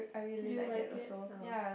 do you like it oh